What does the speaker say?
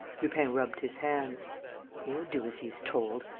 lupin rubbed his hands he'll do as he's told.